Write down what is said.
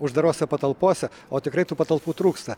uždarose patalpose o tikrai tų patalpų trūksta